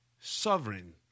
Sovereign